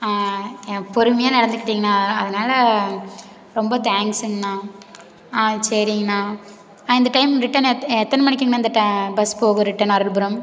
பொறுமையாக நடந்துக்கிட்டிங்கண்ணா அதனால் ரொம்ப தேங்க்ஸ்ஸுங்கண்ணா ஆ சரிங்ண்ணா ஆ இந்த டைம் ரிட்டன் எத் எத்தனை மணிக்குங்கண்ணா இந்த பஸ் போகும் ரிட்டன்